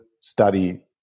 study